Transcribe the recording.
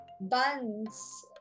buns